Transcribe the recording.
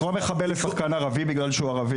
לקרוא מחבל לשחקן ערבי רק בגלל שהוא ערבי.